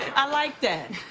ah like that.